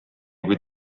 kuid